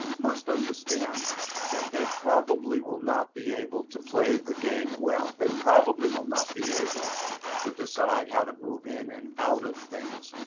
must understand that they probably will not be able to play the game well. they probably will not be able to decide how to move in and out of things.